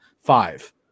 five